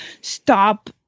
stop